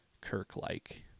Kirk-like